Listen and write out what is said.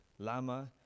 Lama